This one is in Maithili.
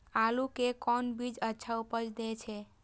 आलू के कोन बीज अच्छा उपज दे छे?